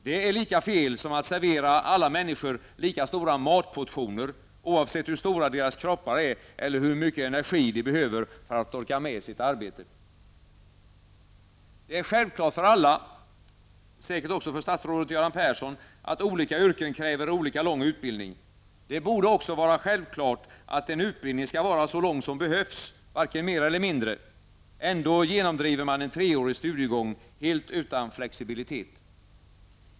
Det är lika fel som att servera alla människor lika stora matportioner, oavsett hur stora deras kroppar är eller hur mycket energi de behöver för att orka med sitt arbete. Det är självklart för alla -- säkert också för statsrådet Göran Persson -- att olika yrken kräver olika lång utbildning. Det borde också vara självklart att en utbildning skall vara så lång som behövs -- varken mer eller mindre. Ändå genomdriver man en treårig studiegång helt utan flexibilitet.